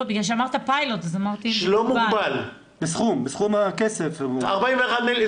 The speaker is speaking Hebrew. זה לא יגיע ל-41 מיליון.